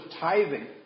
tithing